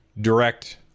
direct